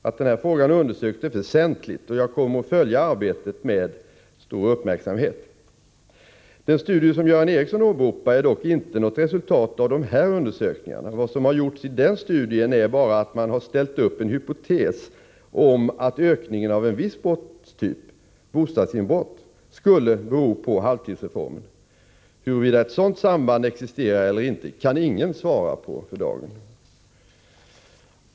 Att denna fråga undersöks är väsentligt, och jag kommer att följa arbetet med stor uppmärksamhet. — Den studie som Göran Ericsson åberopar är dock inte något resultat av dessa undersökningar. Vad som har gjorts i den studien är endast att man har ställt upp en hypotes om att ökningen av en viss brottstyp — bostadsinbrott — skulle bero på halvtidsreformen. Huruvida ett sådant samband existerar eller inte kan ingen svara på för dagen.